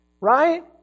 right